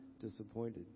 disappointed